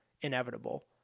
inevitable